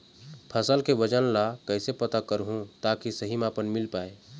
फसल के वजन ला कैसे पता करहूं ताकि सही मापन मील पाए?